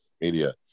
media